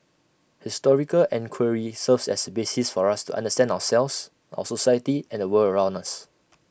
historical enquiry serves as A basis for us to understand ourselves our society and the world around us